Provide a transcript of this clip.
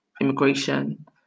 immigration